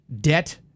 Debt